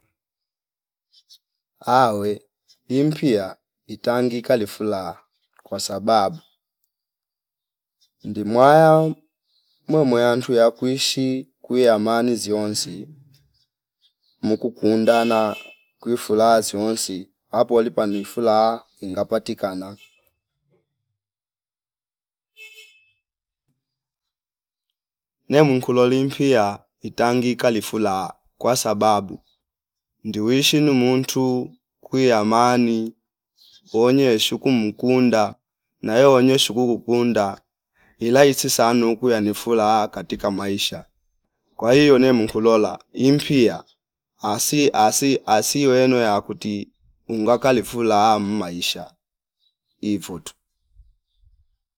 Ahh we impia kali fula kwasababu ndimwaa mwe muya ntiya kuishi kuyamani zionsi mukuu kundana kwi fulaha ziwonsi apo lipo ni fulaha inga patikana. Ne mwinko kulo limpia itangi kalifula kwasabau ndi wishi nimuntu kwiya mani wonye shiku mukunda nayolonye shikukunda ilaisi sana nukuya nifula katika maisha kwa hio ne mukola impia asi- asi- asiweno yakuti unga kali fula mmaisha ivo tuh